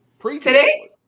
today